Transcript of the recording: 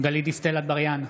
גלית דיסטל אטבריאן,